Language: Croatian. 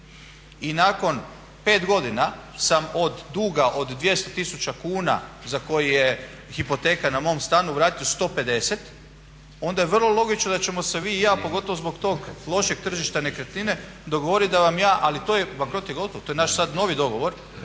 i nakon 5 godina sam od duga od 200 tisuća kuna za koje je hipoteka na mom stanu, vratio 150 tisuća onda je vrlo logično da ćemo se vi i ja, pogotovo zbog tog lošeg tržišta nekretnine dogovoriti da vam ja, ali bankrot je gotov, to je sad naš novi dogovor